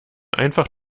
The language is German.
einfach